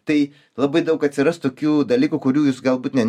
tai labai daug atsiras tokių dalykų kurių jūs galbūt net